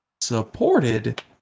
supported